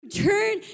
turn